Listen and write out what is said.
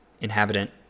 inhabitant